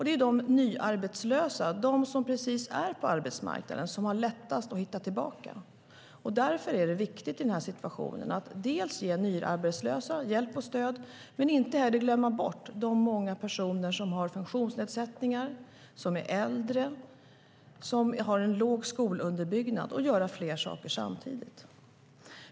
Det är de nyarbetslösa, de som precis är på arbetsmarknaden, som har lättast att hitta tillbaka. Därför är det viktigt i den här situationen att ge nyarbetslösa hjälp och stöd men inte heller glömma bort de många personer som har funktionsnedsättningar, som är äldre och som har låg skolunderbyggnad och göra flera saker samtidigt.